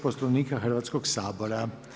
Poslovnika Hrvatskog sabora.